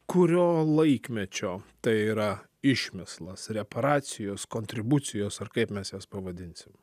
kurio laikmečio tai yra išmislas reparacijos kontribucijos ar kaip mes jas pavadinsim